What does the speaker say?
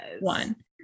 one